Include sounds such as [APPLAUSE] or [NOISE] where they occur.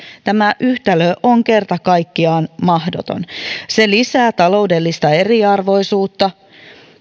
tämä yhtälö on kerta kaikkiaan mahdoton [UNINTELLIGIBLE] [UNINTELLIGIBLE] [UNINTELLIGIBLE] [UNINTELLIGIBLE] [UNINTELLIGIBLE] [UNINTELLIGIBLE] [UNINTELLIGIBLE] [UNINTELLIGIBLE] [UNINTELLIGIBLE] [UNINTELLIGIBLE] [UNINTELLIGIBLE] [UNINTELLIGIBLE] [UNINTELLIGIBLE] se lisää taloudellista eriarvoisuutta [UNINTELLIGIBLE]